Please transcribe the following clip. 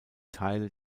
teile